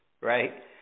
right